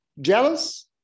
Jealous